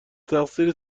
تقصیر